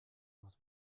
muss